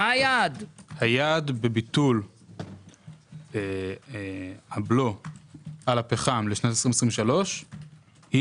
היעד בביטול הבלו על הפחם לשנת 2023 היא